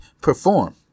perform